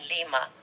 Lima